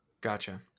Gotcha